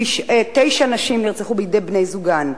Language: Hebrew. תשע נשים נרצחו בידי בני-זוגן,